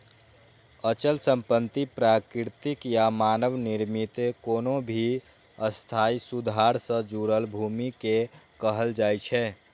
अचल संपत्ति प्राकृतिक या मानव निर्मित कोनो भी स्थायी सुधार सं जुड़ल भूमि कें कहल जाइ छै